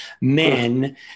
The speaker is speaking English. men